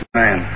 man